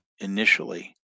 initially